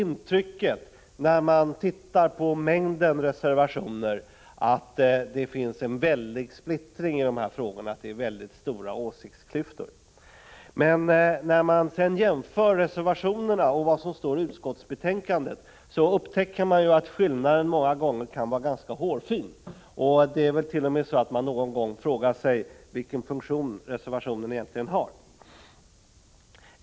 När man tittar på mängden reservationer kan man få intrycket att det finns en väldig splittring i dessa frågor, att det är väldigt stora åsiktsklyftor. Men när man sedan jämför reservationerna och vad som står i utskottets skrivning upptäcker man att skillnaden i många fall är ganska hårfin. Det är t.o.m. så att man någon gång frågar sig vilken funktion reservationen egentligen har.